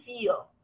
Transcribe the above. feel